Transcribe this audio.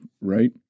right